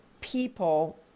people